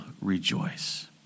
rejoice